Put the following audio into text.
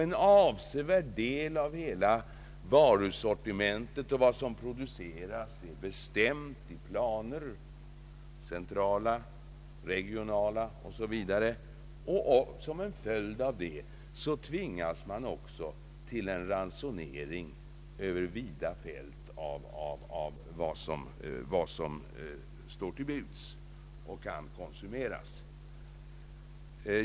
En avsevärd del av hela varusortimentet är där reglerad i centrala och regionala planer, och som en följd härav tvingas man också till en ransonering över vida fält av vad som står till buds och kan konsumeras.